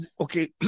okay